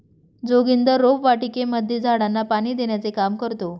जोगिंदर रोपवाटिकेमध्ये झाडांना पाणी देण्याचे काम करतो